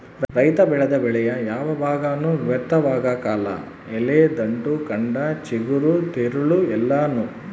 ರೈತ ಬೆಳೆದ ಬೆಳೆಯ ಯಾವ ಭಾಗನೂ ವ್ಯರ್ಥವಾಗಕಲ್ಲ ಎಲೆ ದಂಟು ಕಂಡ ಚಿಗುರು ತಿರುಳು ಎಲ್ಲಾನೂ